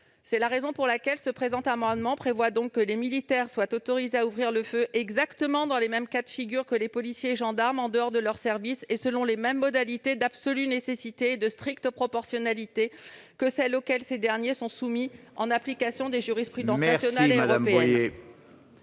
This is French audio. eux-mêmes. Avec le présent amendement, nous proposons que les militaires soient autorisés à ouvrir le feu exactement dans les mêmes cas de figure que les policiers et gendarmes, en dehors de leur service, et selon les mêmes modalités d'absolue nécessité et de stricte proportionnalité que celles auxquelles ces derniers sont soumis en application des jurisprudences nationale et européenne.